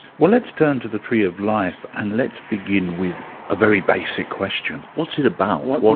well let's turn to the tree of life and let's begin with a very basic question. what's it about? what what